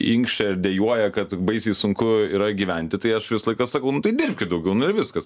inkščia ir dejuoja kad baisiai sunku yra gyventi tai aš visą laiką sakau nu tai dirbkit daugiau nu ir viskas